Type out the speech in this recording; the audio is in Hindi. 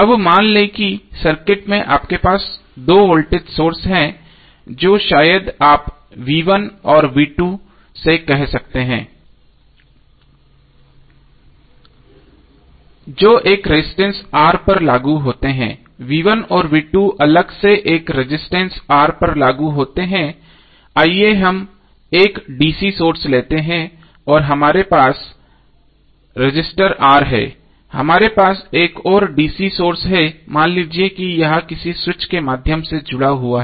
अब मान लें कि सर्किट में आपके पास 2 वोल्टेज सोर्स हैं जो शायद आप और को कह सकते हैं जो एक रेजिस्टेंस R पर लागू होते हैं और अलग से एक रेजिस्टेंस R पर लागू होते हैं आइए हम 1 dc सोर्स लेते हैं और हमारे पास रेसिस्टर R है हमारे पास एक और dc सोर्स है और मान लीजिए कि यह किसी स्विच के माध्यम से जुड़ा हुआ है